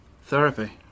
Therapy